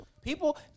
People